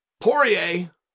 Poirier